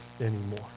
anymore